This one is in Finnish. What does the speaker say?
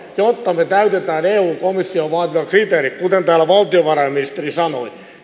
jotta me täytämme eun komission vaatimat kriteerit kuten täällä valtiovarainministeri sanoi